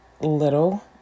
little